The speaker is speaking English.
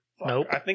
Nope